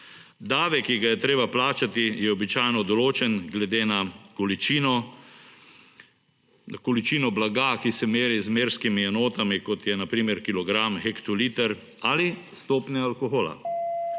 Davek, ki ga je treba plačati je običajno določen glede na količino blaga, ki se meri z merskimi enotami, kot je na primer kilogram, hektoliter ali stopnja alkohola.